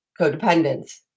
codependence